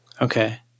Okay